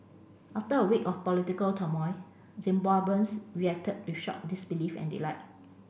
after a week of political turmoil Zimbabweans reacted with shock disbelief and delight